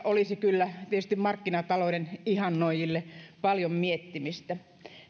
olisi kyllä tietysti markkinatalouden ihannoijille paljon miettimistä